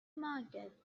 market